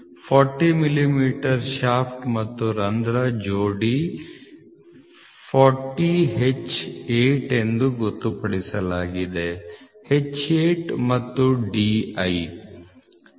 40 millimetre shaft ಮತ್ತು ರಂಧ್ರ ಜೋಡಿ 40 H8 ಎಂದು ಗೊತ್ತುಪಡಿಸಲಾಗಿದೆ H8 ಮತ್ತು D9